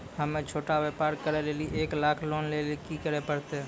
हम्मय छोटा व्यापार करे लेली एक लाख लोन लेली की करे परतै?